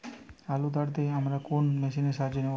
আলু তাড়তে আমরা কোন মেশিনের সাহায্য নেব?